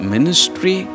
Ministry